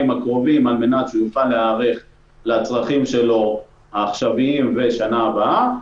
הקרובים על-מנת שנוכל להיערך לצרכים העכשוויים ושנה הבאה.